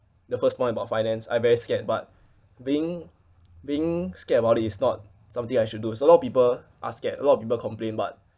the first point about finance I very scared but being being scared about it is not something I should do there's a lot of people are scared a lot of people complain but